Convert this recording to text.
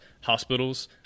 Hospitals